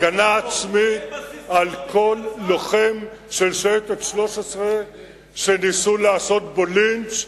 הגנה עצמית של כל לוחם של שייטת 13 שניסו לעשות בו לינץ',